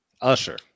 Usher